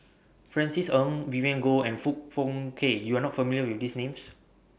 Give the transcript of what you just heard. Francis Ng Vivien Goh and Foong Fook Kay YOU Are not familiar with These Names